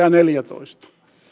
ja kaksituhattaneljätoista